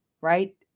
Right